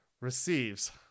receives